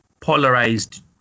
polarized